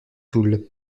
toul